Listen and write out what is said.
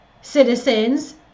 citizens